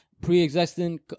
pre-existing